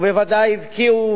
ובוודאי הבקיעו